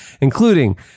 including